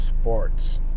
sports